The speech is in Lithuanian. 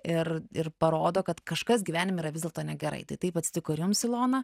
ir ir parodo kad kažkas gyvenime yra vis dėlto negerai tai taip atsitiko ir jums ilona